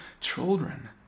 children